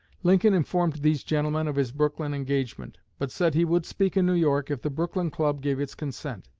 lincoln informed these gentlemen of his brooklyn engagement, but said he would speak in new york if the brooklyn club gave its consent.